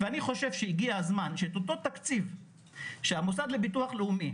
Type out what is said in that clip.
אני חושב שהגיע הזמן שאת אותו תקציב שמוסד לביטוח לאומי